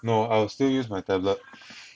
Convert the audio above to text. no I will still use my tablet